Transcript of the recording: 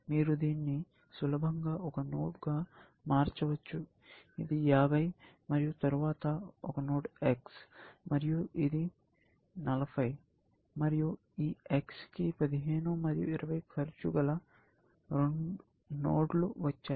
మీరు దీన్ని సులభంగా ఒక నోడ్ గా మార్చవచ్చు ఇది 50 మరియు తరువాత ఒక నోడ్ x మరియు ఇది 40 మరియు ఈ x కి 15 మరియు 20 ఖర్చుగల 2 నోడ్లు వచ్చాయి